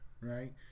right